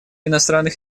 иностранных